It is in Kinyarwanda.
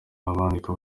abandika